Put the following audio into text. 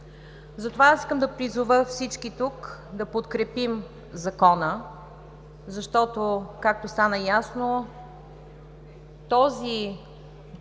Затова искам да призова всички тук да подкрепим Закона. Както стана ясно, този